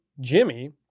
Jimmy